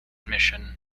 mission